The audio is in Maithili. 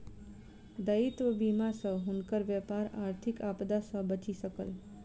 दायित्व बीमा सॅ हुनकर व्यापार आर्थिक आपदा सॅ बचि सकल